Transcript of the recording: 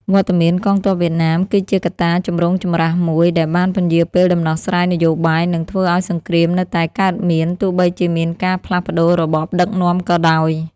វត្តមានកងទ័ពវៀតណាមគឺជាកត្តាចម្រូងចម្រាសមួយ ដែលបានពន្យារពេលដំណោះស្រាយនយោបាយ និងធ្វើឱ្យសង្គ្រាមនៅតែកើតមាន ទោះបីជាមានការផ្លាស់ប្តូររបបដឹកនាំក៏ដោយ។